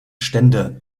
stände